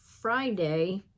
Friday